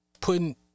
putting